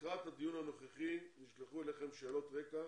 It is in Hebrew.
לקראת הדיון הנוכחי נשלחו אליכם שאלות רקע